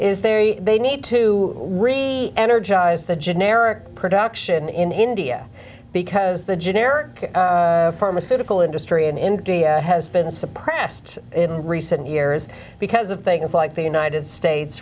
is there a they need to re energize the generic production in india because the generic pharmaceutical industry in india has been suppressed in recent years because of things like the united states